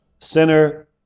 sinner